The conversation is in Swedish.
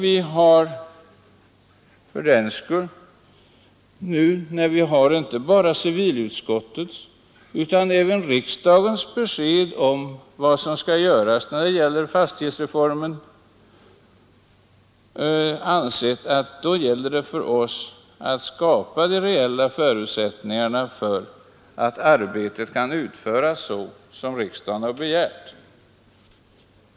Vi har fått inte bara civilutskottets utan även riksdagens besked om vad som skall göras beträffande fastighetsreformen, och då har vi ansett att det gäller för oss att skapa de reella förutsättningarna för att arbetet skall kunna bli utfört så som riksdagen begärt.